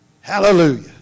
Hallelujah